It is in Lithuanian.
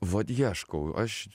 vat ieškau aš